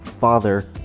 father